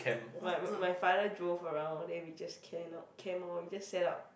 my my father drove around then we just camp out camp lor we just setup